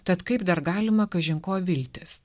tad kaip dar galima kažin ko viltis